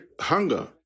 hunger